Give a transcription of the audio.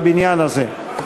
בבניין הזה.